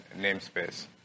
namespace